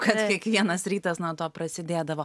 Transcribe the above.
kad kiekvienas rytas nuo to prasidėdavo